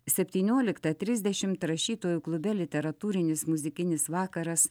septynioliktą trisdešimt rašytojų klube literatūrinis muzikinis vakaras